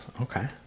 Okay